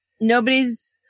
nobody's